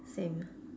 same